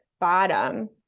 bottom